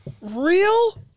real